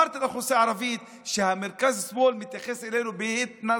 אמרתי לאוכלוסייה הערבית שהמרכז-שמאל מתייחס אלינו בהתנשאות,